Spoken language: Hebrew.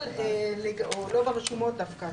לא ברשומות דווקא,